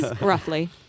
Roughly